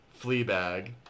Fleabag